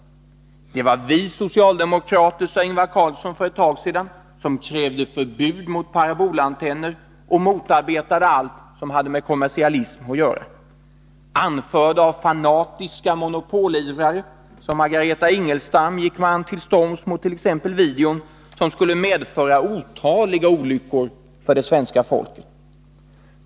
Det var vi socialdemokrater, sade Ingvar Carlsson för ett tag sedan, som krävde förbud mot parabolantenner och motarbetade allt som hade med kommersialism att göra. Anförda av fanatiska monopolivrare som Margareta Ingelstam gick man till storms mot t.ex. videon, som skulle medföra otaliga olyckor för det svenska folket.